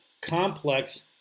complex